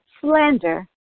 slander